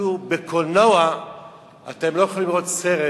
אפילו בקולנוע אתם לא יכולים לראות סרט